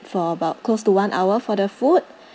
for about close to one hour for the food